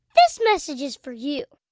this message is for you